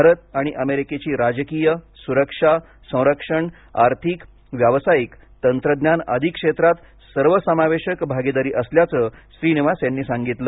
भारत आणि अमेरिकेची राजकीय सुरक्षा सरक्षण आर्थिक व्यावसायिक तंत्रज्ञान आदी क्षेत्रात सर्वसमावेशक भागीदारी असल्याचं श्रीनिवास यांनी सागितलं